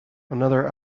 another